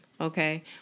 Okay